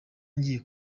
ngiye